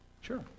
Sure